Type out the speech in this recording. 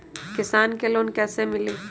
किसान के लोन कैसे मिली?